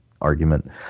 argument